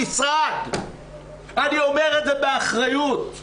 דיברנו על שיפוץ דירות,